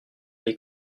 les